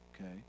Okay